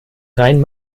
rhein